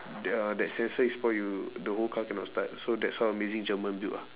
the uh that sensor is spoil you the whole car cannot start so that's how amazing german build ah